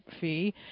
fee